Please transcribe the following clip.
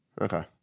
Okay